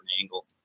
angle